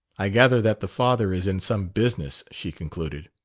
i gather that the father is in some business, she concluded.